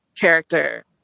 character